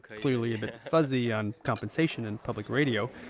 clearly a bit fuzzy on compensation in public radio.